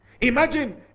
Imagine